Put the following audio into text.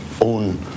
own